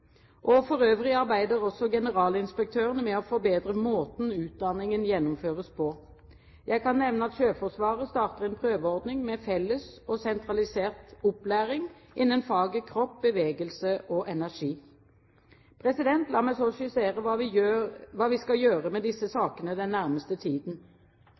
For øvrig arbeider generalinspektørene med å forbedre måten utdanningen gjennomføres på. Jeg kan nevne at Sjøforsvaret starter en prøveordning med felles og sentralisert opplæring innen faget kropp, bevegelse og energi. La meg så skissere hva vi skal gjøre med disse sakene den nærmeste tiden.